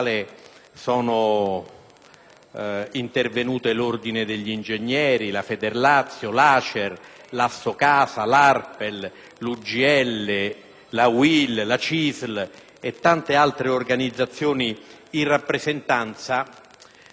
sono intervenuti l'Ordine degli ingegneri, la Federlazio, l'ACER, l'Assocasa, l'ARPE, l'UGL, la UIL, la CISL e tante altre organizzazioni. Queste ultime, però, sono